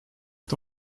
est